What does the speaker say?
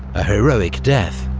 a heroic death,